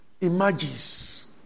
emerges